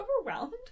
overwhelmed